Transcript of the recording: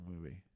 movie